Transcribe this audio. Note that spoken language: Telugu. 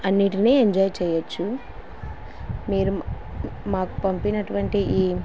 అన్నింటిని ఎంజాయ్ చేయొచ్చు మీరు మాకు పంపించినటువంటి ఈ